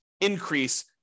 increase